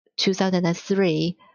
2003